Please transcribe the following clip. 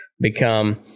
become